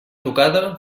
tocada